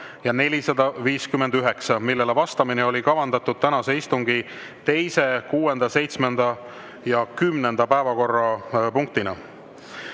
ja 459, millele vastamine oli kavandatud tänase istungi teise, kuuenda, seitsmenda ja kümnenda päevakorrapunktina.